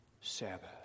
Sabbath